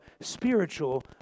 spiritual